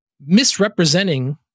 misrepresenting